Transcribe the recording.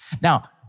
Now